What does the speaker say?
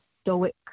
stoic